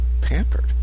pampered